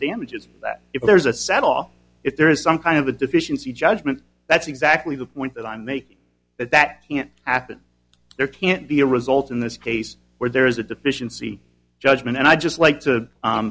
damages if there's a set off if there is some kind of a deficiency judgment that's exactly the point that i'm making that that can't happen there can't be a result in this case where there is a deficiency judgment and i just like to